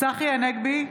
צחי הנגבי,